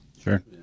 Sure